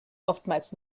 oftmals